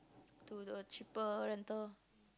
to the cheaper rental